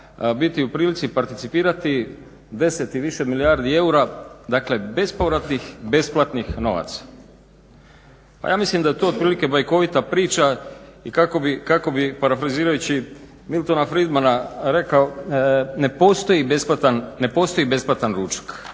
biti u prilici participirati 10 i više milijardi eura, dakle bespovratnih, besplatnih novaca. Pa ja mislim da je to otprilike bajkovita priča i kako bi parafrazirajući Miltona Fridmana rekao: "Ne postoji besplatan ručak."